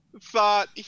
thought